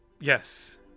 Yes